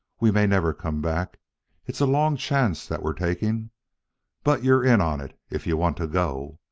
we may never come back it's a long chance that we're taking but you're in on it, if you want to go.